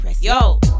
Yo